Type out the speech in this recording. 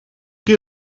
que